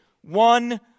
one